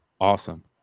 Awesome